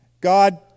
God